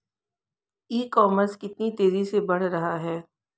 ई commerce कितनी तेजी से बढ़ रहा है?